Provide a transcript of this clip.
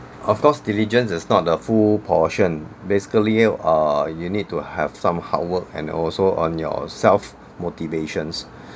of course diligence is not the full portion basically err you need to have some hard work and also on your self motivations